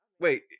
Wait